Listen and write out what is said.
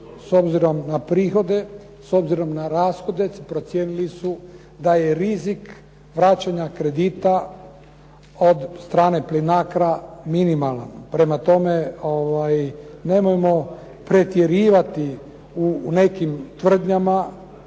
s obzirom na prihode, s obzirom na rashode, procijenili su da je rizik vraćanja kredita od strane Plinacroa minimalna. Prema tome, nemojmo pretjerivati u nekim tvrdnjama